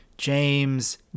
James